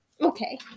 Okay